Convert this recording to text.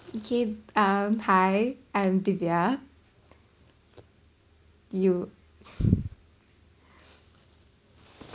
~kay um hi I’m Divia you